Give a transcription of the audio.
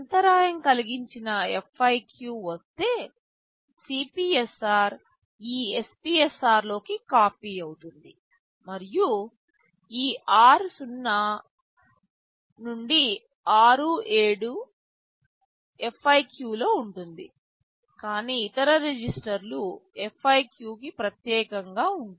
అంతరాయం కలిగించిన FIQ వస్తే CPSR ఈ SPSR లోకి కాపీ అవుతుంది మరియు ఈ r0 to r7 FIQ లో ఉంటుంది కాని ఇతర రిజిస్టర్లు FIQ కి ప్రత్యేకంగా ఉంటాయి